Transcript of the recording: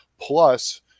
Plus